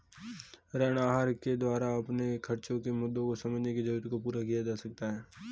ऋण आहार के द्वारा अपने खर्चो के मुद्दों को समझने की जरूरत को पूरा किया जा सकता है